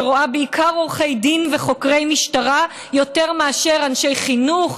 שרואה בעיקר עורכי דין וחוקרי משטרה יותר מאשר אנשי חינוך,